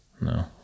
no